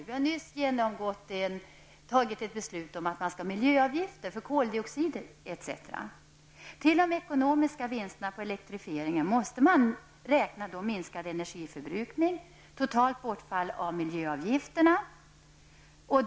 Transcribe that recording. Vi har nyss tagit ett beslut om att man skall ha miljöavgifter för koldioxider etc. Till de ekonomiska vinsterna på elektrifieringen måste man räkna en minskad energiförbrukning och totalt bortfall av miljöavgifterna.